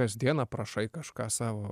kasdien aprašai kažką savo